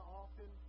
often